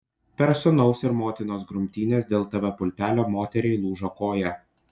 per sūnaus ir motinos grumtynes dėl tv pultelio moteriai lūžo koja